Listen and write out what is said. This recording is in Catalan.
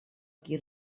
qui